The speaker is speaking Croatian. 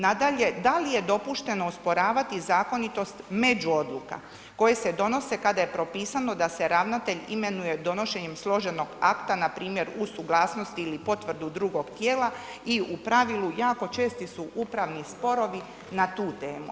Nadalje, da li je dopušteno osporavati zakonitost među odluka koje se donose kada je propisano da se ravnatelj imenuje donošenjem složenog akta npr. u suglasnosti ili potvrdu drugog tijela i u pravilu jako česti su upravni sporovi na temu.